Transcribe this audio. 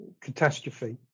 catastrophe